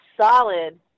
solid